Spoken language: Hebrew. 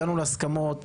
הגענו להסכמות.